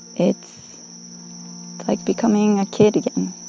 it's like becoming a kid again